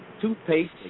toothpaste